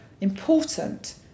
important